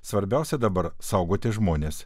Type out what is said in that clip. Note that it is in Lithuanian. svarbiausia dabar saugoti žmones